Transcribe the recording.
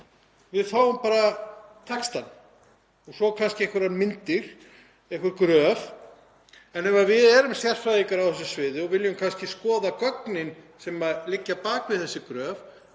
við fáum bara textann og svo kannski einhverjar myndir, einhver gröf. En ef við erum sérfræðingar á þessu sviði og viljum kannski skoða gögnin sem liggja bak við þessi gröf